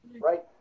right